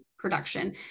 production